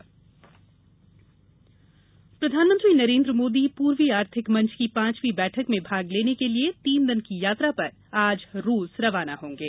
प्रधानमंत्री विदेश यात्रा प्रधानमंत्री नरेंद्र मोदी पूर्वी आर्थिक मंच की पांचवीं बैठक में भाग लेने के लिए तीन दिन की यात्रा पर आज रूस रवाना होंगे